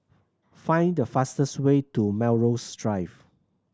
find the fastest way to Melrose Drive